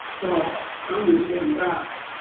well, understand that,